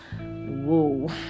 whoa